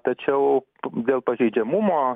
tačiau dėl pažeidžiamumo